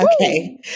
okay